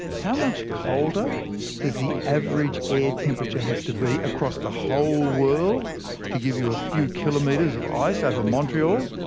how much colder does the average air temperature have to be across the whole world to give you a few kilometres of ice over montreal?